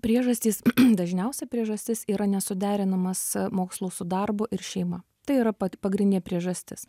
priežastys dažniausia priežastis yra nesuderinamas mokslų su darbu ir šeima tai yra pa pagrindinė priežastis